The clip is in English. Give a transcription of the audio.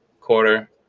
quarter